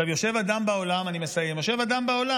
עכשיו יושב אדם בעולם, אני מסיים, בטייוואן,